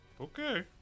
Okay